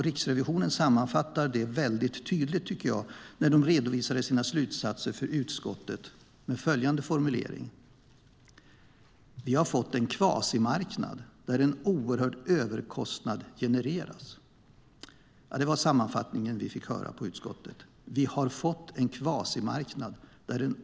Riksrevisionen sammanfattade det väldigt tydligt när de redovisade sina slutsatser för utskottet, tycker jag, med följande formulering: Vi har fått en kvasimarknad där en oerhörd överkostnad genereras. Det var sammanfattningen vi fick höra i utskottet.